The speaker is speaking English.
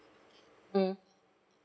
mm